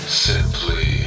simply